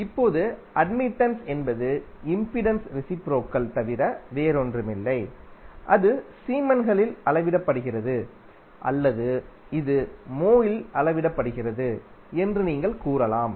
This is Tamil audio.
இப்போது அட்மிடன்ஸ் என்பது இம்பிடன்ஸின் ரெசிப்ரோகல் தவிர வேறொன்றுமில்லை அது சீமன்களில் அளவிடப்படுகிறது அல்லது இது mho இல் அளவிடப்படுகிறது என்று நீங்கள் கூறலாம்